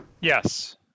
Yes